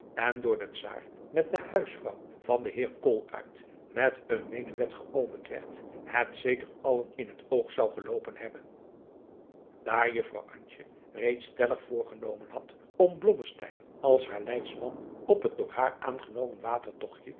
en door den czaar met de huisvrouw van den adriaan loosjes pzn het leven van johannes wouter blommesteyn heer koolaart met een menuet geopend werd het zeker allen in het oog zou geloopen hebben daar juffrouw antje reeds stellig voorgenomen had om blommesteyn als haar leidsman op het door haar